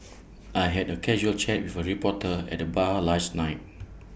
I had A casual chat with A reporter at the bar last night